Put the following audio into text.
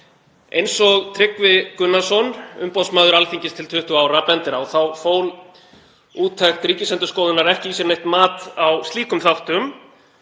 Eins og Tryggvi Gunnarsson, umboðsmaður Alþingis til 20 ára, bendir á þá fól úttekt Ríkisendurskoðunar ekki í sér neitt mat á slíkum þáttum